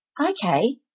okay